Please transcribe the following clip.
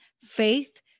faith